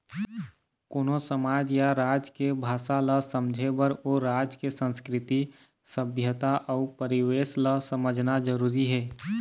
कोनो समाज या राज के भासा ल समझे बर ओ राज के संस्कृति, सभ्यता अउ परिवेस ल समझना जरुरी हे